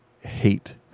hate